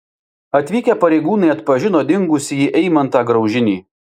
atvykę pareigūnai atpažino dingusįjį eimantą graužinį